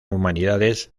humanidades